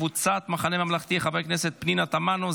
קבוצת סיעת המחנה הממלכתי: חברי הכנסת פנינה תמנו,